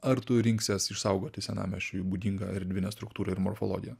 ar tu rinksies išsaugoti senamiesčiui būdingą erdvinę struktūrą ir morfologiją